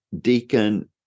deacon